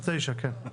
אוקיי, אז 9, כן.